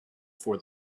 for